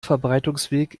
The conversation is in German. verbreitungsweg